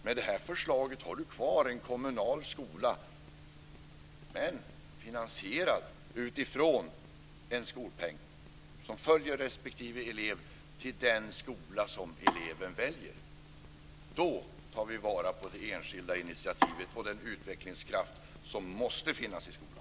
Med det här förslaget har vi kvar en kommunal skola, men den är finansierad med en skolpeng som följer respektive elev till den skola som eleven väljer. Då tar vi vara på det enskilda initiativet och den utvecklingskraft som måste finnas i skolan.